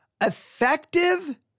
effective